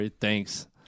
Thanks